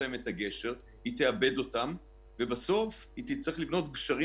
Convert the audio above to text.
להם את הגשר היא תאבד אותם ובסוף היא תצטרך לבנות גשרים